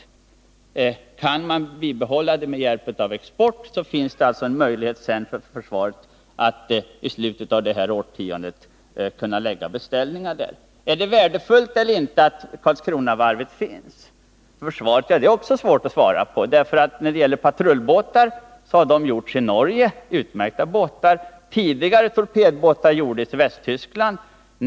Men kan varvet upprätthålla verksamheten med hjälp av tillverkning på export, finns det en möjlighet för det svenska försvaret att i slutet av innevarande årtionde lägga beställningar där. Är det värdefullt eller inte för försvaret att Karlskronavarvet finns kvar? Ja, det är också svårt att svara på. Patrullbåtar har gjorts i Norge — utmärkta sådana. Torpedbåtar har tidigare gjorts i Västtyskland.